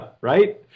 right